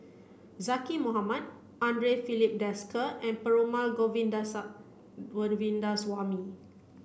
Zaqy Mohamad Andre Filipe Desker and Perumal Govindaswamy